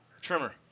Trimmer